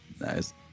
Nice